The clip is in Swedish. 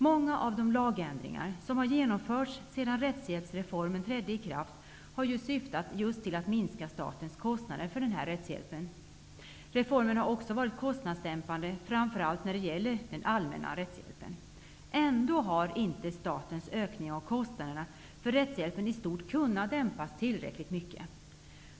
Många av de lagändringar som har genomförts sedan rättshjälpsreformen trädde i kraft har syftat just till att minska statens kostnader för rättshjälpen. Reformerna har också varit kostnadsdämpande, framför allt när det gäller den allmänna rättshjälpen. Ändå har ökningen av statens kostnader för rättshjälpen i stort inte kunnat dämpas tillräckligt mycket.